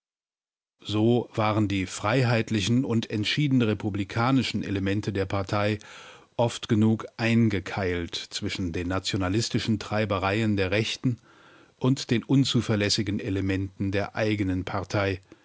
so waren die freiheitlichen und entschieden republikanischen elemente der partei oft genug eingekeilt zwischen den nationalistischen treibereien der rechten und den unzuverlässigen elementen der eigenen partei